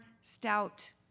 stout